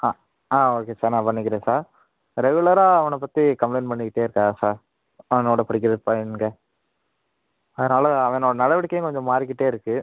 ஆ ஆ okay sir நான் பண்ணிக்கிறேன் சார் ரெகுலராக அவனை பற்றி கம்ப்ளைண்ட் பண்ணிக்கிட்டே இருக்காங்கள் சார் அவனோட படிக்கிற பையனுங்க அதனால் அவனோட நடவடிக்கையும் கொஞ்சம் மாறிக்கிட்டே இருக்குது